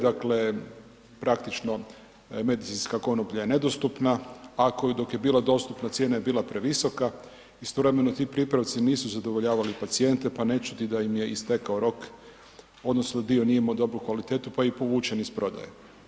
Dakle, praktično medicinska konoplja je nedostupna, a koja je bila dostupna cijena je bila previsoka, istovremeno ti pripravci nisu zadovoljavali pacijente, pa ne čudi da im je istekao rok, odnosno, dio nije imao dobru kvalitetu, pa je povučen iz prodaje.